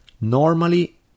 Normally